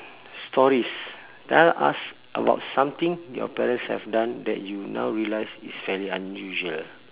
stories now ask about something your parents have done that you now realise is fairly unusual